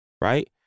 right